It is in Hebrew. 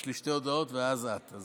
יש לי שתי הודעות ואז את.